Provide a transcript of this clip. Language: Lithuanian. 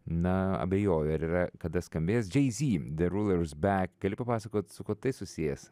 na abejoju ar yra kada skambėjęs jay z the rulers back gali papasakoti su kuo tai susijęs